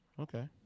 Okay